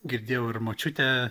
girdėjau ir močiutę